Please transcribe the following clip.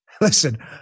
Listen